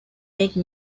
make